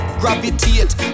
gravitate